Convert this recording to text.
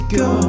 go